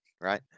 right